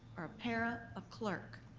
or a parent, a clerk,